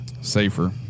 Safer